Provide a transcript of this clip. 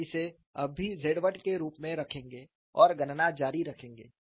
हम इसे अभी भी Z 1 के रूप में रखेंगे और गणना जारी रखेंगे